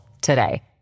today